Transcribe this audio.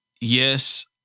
Yes